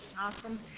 Awesome